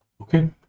Okay